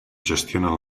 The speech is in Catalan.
gestionen